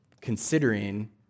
considering